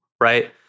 right